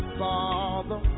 father